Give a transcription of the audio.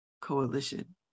Coalition